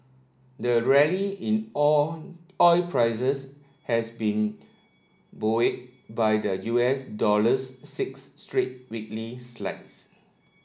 the rally in oil prices has been buoyed by the U S dollar's six straight weekly slides